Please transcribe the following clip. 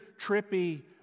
trippy